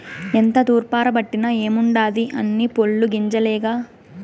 ఎంత తూర్పారబట్టిన ఏముండాది అన్నీ పొల్లు గింజలేగా